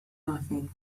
nothing